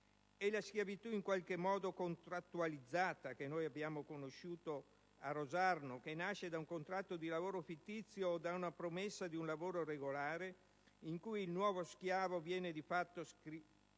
È la schiavitù in qualche modo contrattualizzata, che noi abbiamo conosciuto a Rosarno, che nasce da un contratto di lavoro fittizio o da una promessa di un lavoro regolare in cui il nuovo schiavo viene di fatto sequestrato